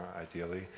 ideally